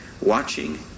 Watching